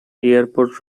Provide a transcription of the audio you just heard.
airport